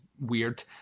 weird